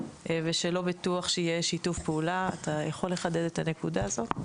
ושלא בטוח שיהיה שיתוף פעולה אתה יכול לחדד את הנקודה הזו?